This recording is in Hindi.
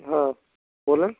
हाँ बोले